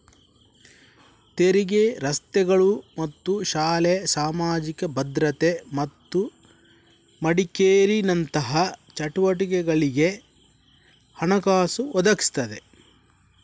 ತೆರಿಗೆ ರಸ್ತೆಗಳು ಮತ್ತು ಶಾಲೆ, ಸಾಮಾಜಿಕ ಭದ್ರತೆ ಮತ್ತು ಮೆಡಿಕೇರಿನಂತಹ ಚಟುವಟಿಕೆಗಳಿಗೆ ಹಣಕಾಸು ಒದಗಿಸ್ತದೆ